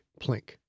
plink